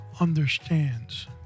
understands